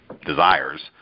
desires